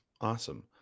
Awesome